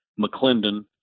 McClendon